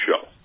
show